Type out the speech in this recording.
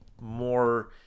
more